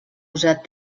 usat